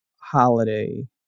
holiday